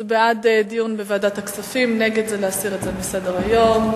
דיון בוועדת הכספים, נגד, להסיר את זה מסדר-היום.